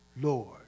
Lord